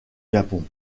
gabon